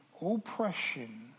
oppression